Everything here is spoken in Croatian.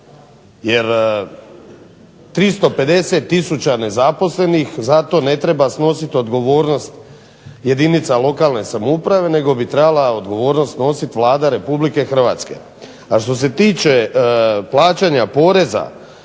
jer 350 tisuća nezaposlenih zato ne treba snositi odgovornost jedinica lokalne samouprave, nego bi trebala odgovornost nositi Vlada Republike Hrvatske. A što se tiče plaćanja poreza,